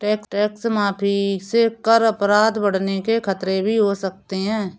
tax माफी से कर अपराध बढ़ने के खतरे भी हो सकते हैं